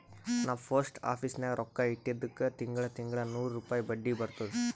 ನಾ post office ನಾಗ್ ರೊಕ್ಕಾ ಇಟ್ಟಿದುಕ್ ತಿಂಗಳಾ ತಿಂಗಳಾ ನೂರ್ ರುಪಾಯಿ ಬಡ್ಡಿ ಬರ್ತುದ್